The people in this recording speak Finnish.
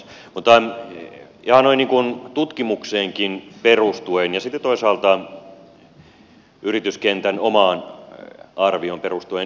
mutta ihan noin niin kuin tutkimukseenkin perustuen ja sitten toisaalta yrityskentän omaan arvioon perustuen